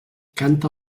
canta